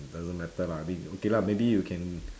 doesn't matter lah I mean okay lah maybe you can